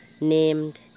named